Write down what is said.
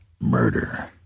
murder